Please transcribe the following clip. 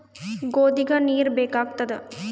ಗೋಧಿಗ ನೀರ್ ಬೇಕಾಗತದ?